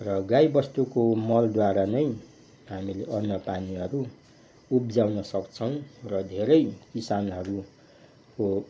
र गाईबस्तुको मलद्वारा नै हामीले अन्नपानीहरू उब्जाउन सक्छौँ र धेरै किसानहरूको